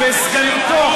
וסגניתו,